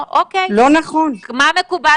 לא?